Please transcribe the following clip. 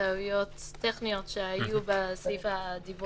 הטכניות שהיו בסעיף הדיווח,